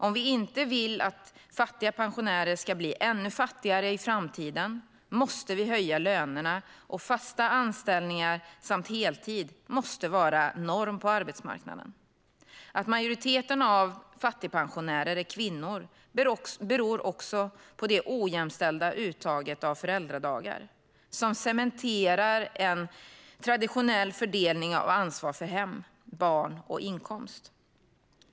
Om vi inte vill att fattiga pensionärer ska bli ännu fattigare i framtiden måste vi höja lönerna, och fasta anställningar samt heltid måste vara norm på arbetsmarknaden. Att majoriteten av fattigpensionärerna är kvinnor beror också på det ojämställda uttaget av föräldradagar, som cementerar en traditionell fördelning av ansvar för hem, barn och inkomst.